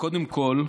קודם כול,